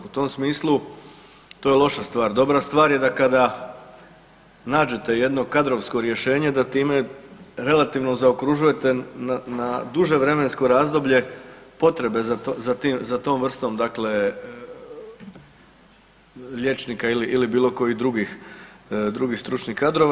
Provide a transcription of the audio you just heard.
U tom smislu to je loša stvar, dobra stvar je da kada nađete jedno kadrovsko rješenje da time relativno zaokružujete na duže vremensko razdoblje potrebe za tom vrstom liječnika ili bilo kojih drugih stručnih kadrova.